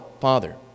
Father